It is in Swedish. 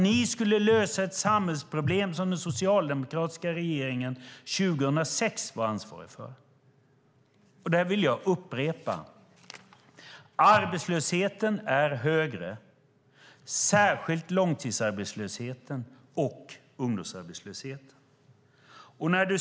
Ni skulle lösa ett samhällsproblem som den socialdemokratiska regeringen var ansvarig för 2006. Detta vill jag upprepa: Arbetslösheten är högre, särskilt långtidsarbetslösheten och ungdomsarbetslösheten.